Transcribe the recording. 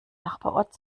nachbarort